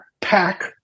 pack